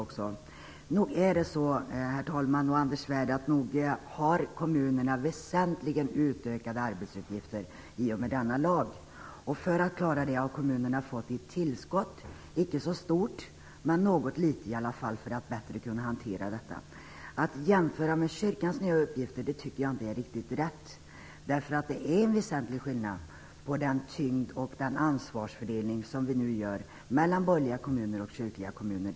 Nog är det så, Anders Svärd, att kommunerna har väsentligen utökade arbetsuppgifter i och med denna lag. För att klara detta har kommunerna fått ett tillskott. Det är inte så stort. Men något litet har de i alla fall fått för att bättre kunna hantera detta. Att jämföra med kyrkans nya uppgifter tycker jag inte är riktigt rätt. Det är ju en väsentlig skillnad mellan den tyngd och den ansvarsfördelning som vi nu åstadkommer för borgerliga och kyrkliga kommuner.